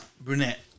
brunette